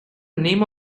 name